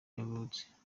yavutse